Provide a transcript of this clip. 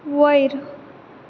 वयर